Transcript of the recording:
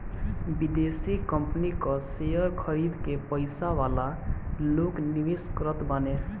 विदेशी कंपनी कअ शेयर खरीद के पईसा वाला लोग निवेश करत बाने